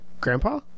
grandpa